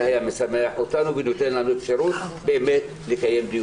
זה היה משמח אותנו ונותן לנו אפשרות לקיים דיון.